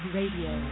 Radio